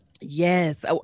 Yes